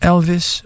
Elvis